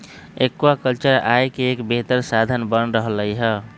aquaculture आय के एक बेहतर साधन बन रहले है